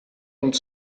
und